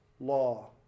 law